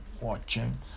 watching